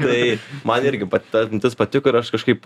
tai man irgi ta mintis patiko ir aš kažkaip